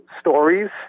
stories